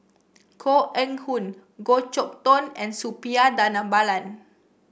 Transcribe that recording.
Koh Eng Hoon Goh Chok Tong and Suppiah Dhanabalan